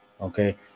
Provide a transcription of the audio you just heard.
okay